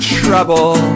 trouble